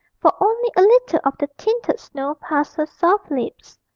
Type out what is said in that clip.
for only a little of the tinted snow passed her soft lips.